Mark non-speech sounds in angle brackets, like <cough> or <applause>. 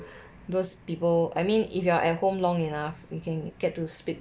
<noise> those people I mean if you are at home long enough you can get to speak